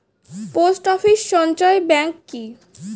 Post office সঞ্চয় bank কি?